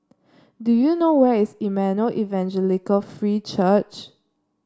do you know where is Emmanuel Evangelical Free Church